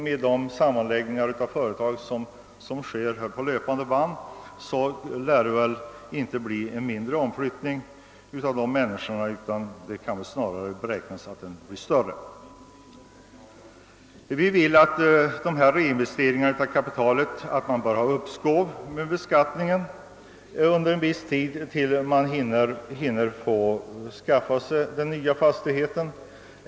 Med de sammanläggningar av företag som sker på löpande band lär väl inte omflyttningarna få mindre omfattning utan snarare större. När det gäller sådan här reinvestering av kapitalet vill vi att man skall få uppskov med beskattningen tills man hunnit skaffa sig den nya fastigheten.